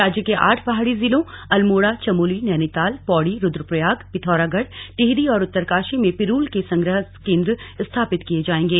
राज्य के आठ पहाड़ी जिलों अल्मोड़ा चमोली नैनीताल पौड़ी रूद्रप्रयाग पिथौरागढ़ टिहरी और उत्तरकाशी में पिरूल के संग्रह केंद्र स्थापित किये जायेंगे